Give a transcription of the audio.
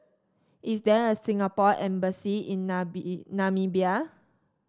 is there a Singapore Embassy in Namibia